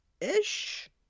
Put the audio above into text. ish